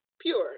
pure